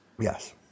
yes